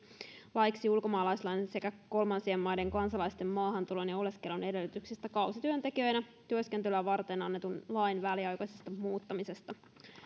laeiksi ulkomaalaislain sekä kolmansien maiden kansalaisten maahantulon ja oleskelun edellytyksistä kausityöntekijöinä työskentelyä varten annetun lain väliaikaisesta muuttamisesta